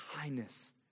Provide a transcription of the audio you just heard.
kindness